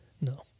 No